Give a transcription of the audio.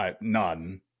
none